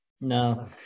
no